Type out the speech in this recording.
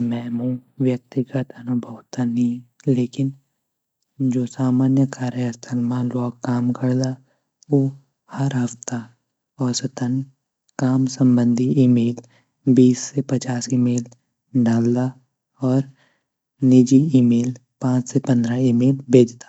में मू व्यक्तिगत अनुभव त नी लेकिन जू सामानीय कार्यस्तल म ल्वोग काम करदा ऊ हर हफ़्ता औसतन काम संबंदी ईमेल बीस से पचास ईमेल डालदा और निजी ईमेल पाँच से पंद्रा ईमेल भेजदा।